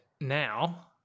Now